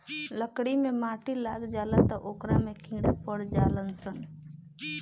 लकड़ी मे माटी लाग जाला त ओकरा में कीड़ा पड़ जाल सन